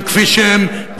הם כפי שהם,